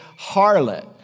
harlot